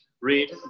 read